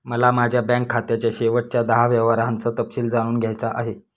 मला माझ्या बँक खात्याच्या शेवटच्या दहा व्यवहारांचा तपशील जाणून घ्यायचा आहे